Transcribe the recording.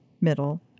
middle